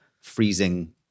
freezing